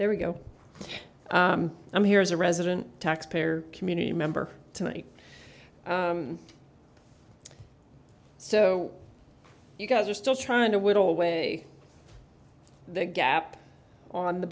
there we go i'm here as a resident taxpayer community member tonight so you guys are still trying to whittle away the gap on the